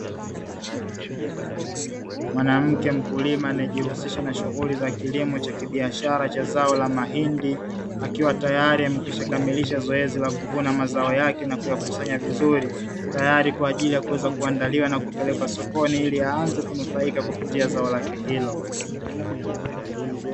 Mwanamke mkulima anaejihusisha na shughuli za kilimo cha kibiashra cha zao la mahindi, akiwa tayari amekwisha kamilisha zoezi la kuvuna mazao yake na kuyakusanya vizuri. Tayari kwa ajili ya kuweza kuandaliwa na kupelekwa sokoni ili aanze kunufaika kupitia zao lake hilo.